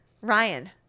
Ryan